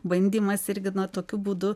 bandymas irgi na tokiu būdu